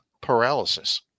paralysis